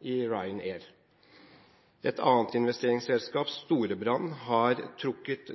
Et annet investeringsselskap, Storebrand, har